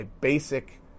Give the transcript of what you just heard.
basic